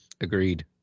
Agreed